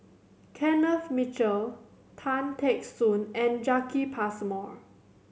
Kenneth Mitchell Tan Teck Soon and Jacki Passmore